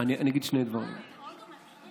אני אגיד שני דברים: א.